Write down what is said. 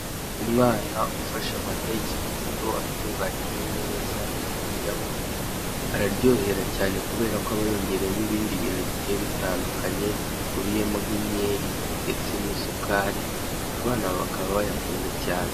Umwana ufashe amata y'ikivuguto atunganyijwe neza, Ari kuyanywa, araryohera cyane kubera ko aba yongewemo ibindi bintu bigiye bitandukanye, bikubiyemo nk'inkeri ndetse n'isukari, abana bakaba bayakunda cyane.